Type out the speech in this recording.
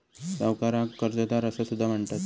सावकाराक कर्जदार असा सुद्धा म्हणतत